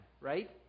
right